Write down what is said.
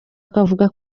akavuga